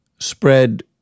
spread